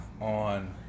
on